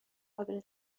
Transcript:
قابل